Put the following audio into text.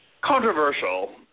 controversial